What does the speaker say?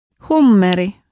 Hummeri